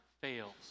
fails